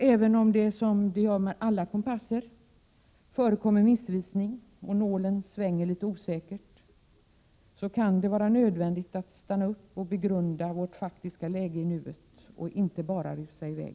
Även om det, som det gör hos alla kompasser, förekommer missvisning och att nålen svänger litet osäkert, så kan det vara nödvändigt att stanna upp och begrunda vårt faktiska läge i nuet och inte bara rusa i väg.